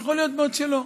יכול להיות מאוד שלא,